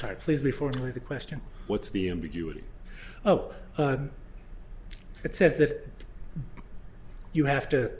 sorry please before me the question what's the ambiguity oh it says that you have to